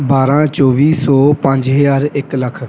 ਬਾਰਾਂ ਚੌਵੀ ਸੌ ਪੰਜ ਹਜ਼ਾਰ ਇੱਕ ਲੱਖ